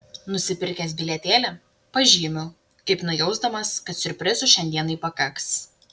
nusipirkęs bilietėlį pažymiu kaip nujausdamas kad siurprizų šiandienai pakaks